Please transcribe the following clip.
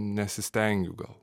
nesistengiu gal